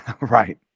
Right